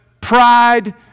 pride